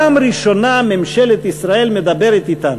זו הפעם הראשונה שממשלת ישראל מדברת אתנו.